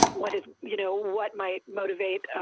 what ah you know, what might motivate